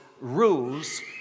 rules